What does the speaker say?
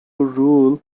rule